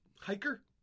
hiker